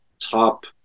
top